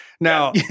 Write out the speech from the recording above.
Now